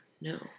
no